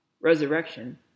resurrection